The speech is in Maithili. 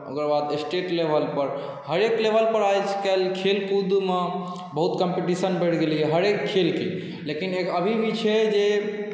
ओकर बाद स्टेट लेवलपर हरेक लेवलपर आइकाल्हि खेलकूदमे बहुत कॉम्पटिशन बढ़ि गेलैए हरेक खेलके लेकिन अभी भी छै जे